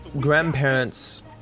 grandparents